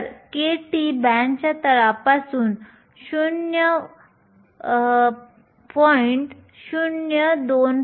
तर kT बँडच्या तळापासून 0